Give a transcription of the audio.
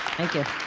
thank you.